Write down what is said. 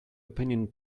opinion